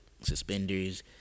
suspenders